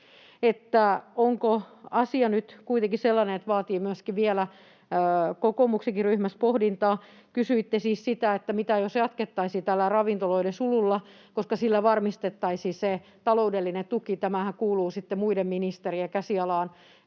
onko asia nyt kuitenkin sellainen, että vaatii vielä kokoomuksen ryhmässäkin pohdintaa. Kysyitte siis sitä, että mitä jos jatkettaisiin tällä ravintoloiden sululla, koska sillä varmistettaisiin se taloudellinen tuki. Tämähän kuuluu sitten muiden ministerien käsialaan